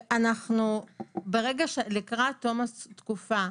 לקראת תום התקופה,